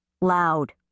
loud